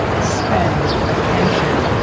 spend attention,